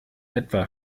etwa